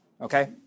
Okay